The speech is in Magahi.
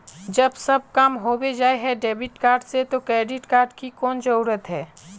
जब सब काम होबे जाय है डेबिट कार्ड से तो क्रेडिट कार्ड की कोन जरूरत है?